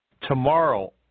Tomorrow